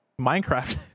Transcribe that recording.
Minecraft